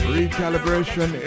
recalibration